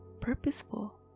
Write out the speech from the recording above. purposeful